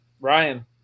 Ryan